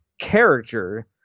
character